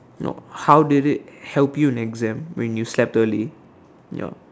no how does it help you in exam when you slept early